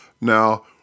Now